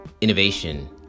innovation